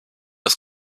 des